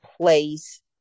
place